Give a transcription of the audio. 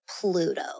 pluto